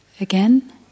Again